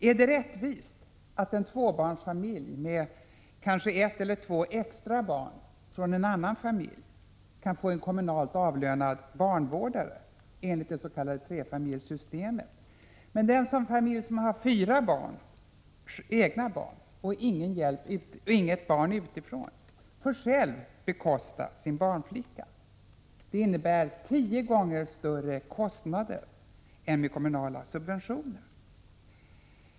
Är det rättvist att en tvåbarnsfamilj med kanske ett eller två extra barn från annan familj kan få en kommunalt avlönad barnvårdare enligt det s.k. trefamiljssystemet, medan en familj som har fyra egna barn och inget barn utifrån får själv bekosta sin barnflicka? Det innebär tio gånger större kostnader än med kommunala subventioner.